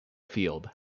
field